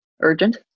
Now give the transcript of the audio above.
urgent